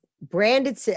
branded